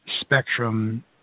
spectrum